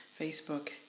Facebook